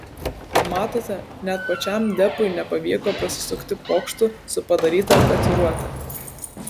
matote net pačiam depui nepavyko prasisukti pokštu su padaryta tatuiruote